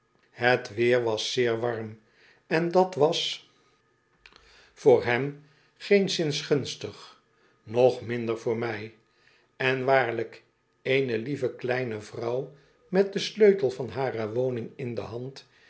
het weer was zeer warm en dat was voor hem geenszins gunstig nog minder voor mij en waarlijk eene lieve kleine vrouw met den sleutel van hare woning in de hand